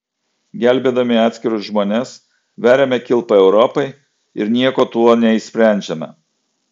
gelbėdami atskirus žmones veriame kilpą europai ir nieko tuo neišsprendžiame